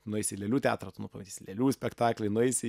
nueisi į lėlių teatrą tu nu pamatysi lėlių spektaklį nueisi